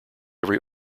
every